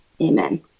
Amen